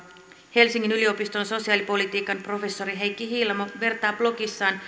helsingin yliopiston sosiaalipolitiikan professori heikki hiilamo vertaa blogissaan